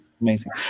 Amazing